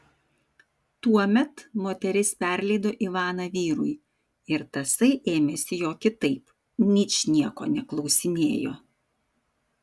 tuomet moteris perleido ivaną vyrui ir tasai ėmėsi jo kitaip ničnieko neklausinėjo